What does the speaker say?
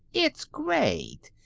it's great!